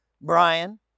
Brian